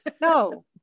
No